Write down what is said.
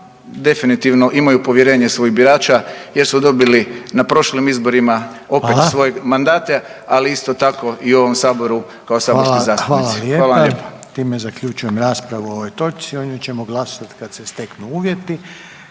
definitivno imaju povjerenje svojih birača jer su dobili na prošlim izborima opet svoje mandate, ali isto tako i u ovom Saboru kao saborski zastupnici. **Reiner, Željko (HDZ)** Hvala lijepa. Time zaključujem raspravu o ovoj točci. O njoj ćemo glasovati kad se steknu uvjeti.